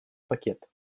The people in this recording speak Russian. пакет